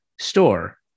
store